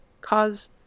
cause